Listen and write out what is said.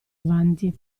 avanti